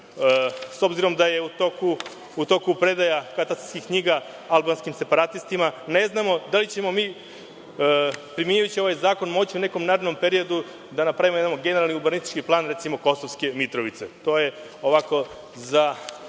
S obzirom da je u toku predaja katastarskih knjiga albanskim separatistima, ne znamo da li ćemo mi primenjujući ovaj zakon moći u nekom narednom periodu da napravimo jedan generalni urbanistički plan, recimo Kosovske Mitrovice. To je ovako za